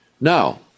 Now